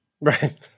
Right